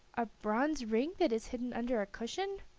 a bronze ring that is hidden under a cushion.